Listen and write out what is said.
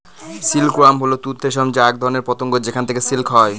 silk worm হল তুঁত রেশম যা এক ধরনের পতঙ্গ যেখান থেকে সিল্ক হয়